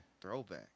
Throwback